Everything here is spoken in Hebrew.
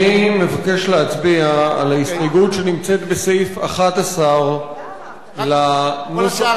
אני מבקש להצביע על ההסתייגות שנמצאת בסעיף 11. כל השאר,